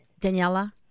Daniela